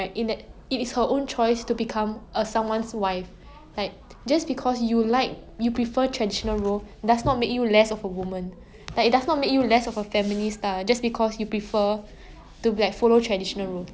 meg who prefer traditional role amy who prefers like to fight for her own rights and I forgot what's the last girl's name right at least she pass away doing something she truly like that kind of thing